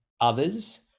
others